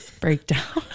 breakdown